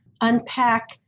unpack